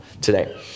today